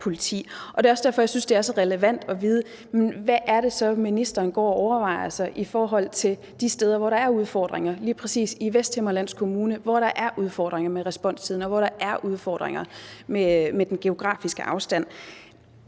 Det er også derfor, jeg synes, det er så relevant at vide: Hvad er det så, ministeren går og overvejer i forhold til de steder, hvor der er udfordringer, lige præcis i Vesthimmerlands Kommune, hvor der er udfordringer med responstiden, og hvor der er udfordringer med den geografiske afstand?